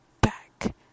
back